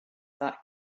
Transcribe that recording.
that